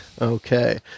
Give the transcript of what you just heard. Okay